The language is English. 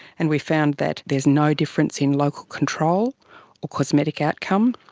and we found that there is no difference in local control or cosmetic outcome,